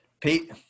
pete